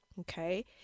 Okay